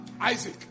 Isaac